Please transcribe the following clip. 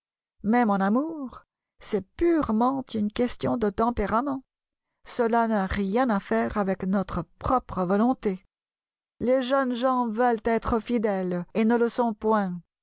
même en amour c'est purement une question de tempérament cela n'a rien à faire avec notre propre volonté les jeunes gens veulent être fidèles et ne le sont point